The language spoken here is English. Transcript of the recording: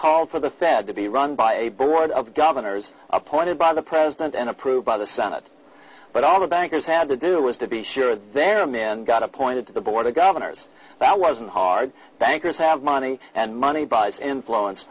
called for the fed to be run by a broad of governors appointed by the president and approved by the senate but all the bankers had to do was to be sure that there are men got appointed to the board of governors that wasn't hard bankers have money and money buys influence